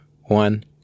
one